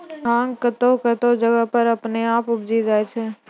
भांग कतौह कतौह जगह पर अपने आप उपजी जाय छै